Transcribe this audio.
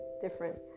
different